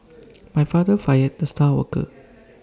my father fired the star worker